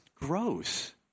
gross